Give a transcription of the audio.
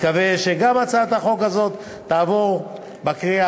מקווה שגם הצעת החוק הזאת תעבור בקריאה